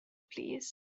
plîs